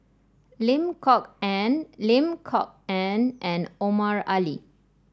Lim Kok Ann Lim Kok Ann and Omar Ali